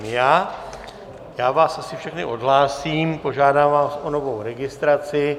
Já vás asi všechny odhlásím, požádám vás o novou registraci.